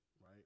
right